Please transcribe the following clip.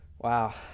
wow